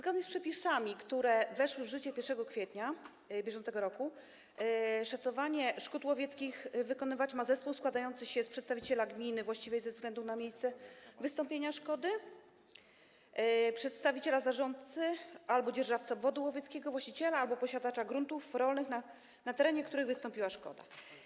Zgodnie z przepisami, które weszły w życie 1 kwietnia br., szacowania szkód łowieckich dokonywać ma zespół składający się z przedstawiciela gminy właściwej ze względu na miejsce wystąpienia szkody, przedstawiciela zarządcy albo dzierżawcy obwodu łowieckiego i właściciela albo posiadacza gruntów rolnych, na których terenie wystąpiła szkoda.